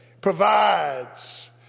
provides